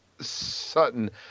Sutton